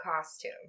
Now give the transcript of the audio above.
costume